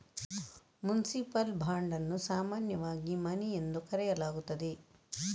municipal bond ಅನ್ನು ಸಾಮಾನ್ಯವಾಗಿ money ಎಂದು ಕರೆಯಲಾಗುತ್ತದೆ